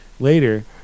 later